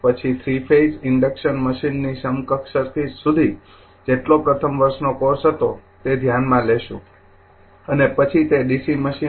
પછી three phase induction મશીનની સમકક્ષ સર્કિટ સુધી જેટલો પ્રથમ વર્ષનો કોર્સ હતો તે ધ્યાનમાં લેશું અને પછી તે ડીસી મશીન